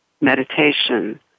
meditation